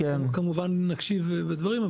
כמובן נקשיב לדברים.